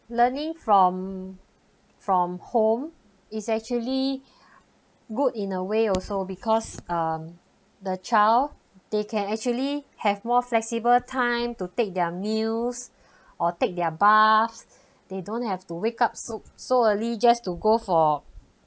learning from from home is actually good in a way also because um the child they can actually have more flexible time to take their meals or take their bath they don't have to wake up so so early just to go for